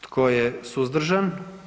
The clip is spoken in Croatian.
Tko je suzdržan?